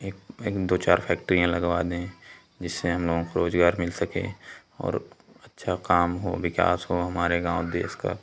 एक एक दो चार फैक्ट्रियाँ लगवा दें जिससे हम लोग को रोज़गार मिल सके और अच्छा काम हो विकास हो हमारे गाँव देश का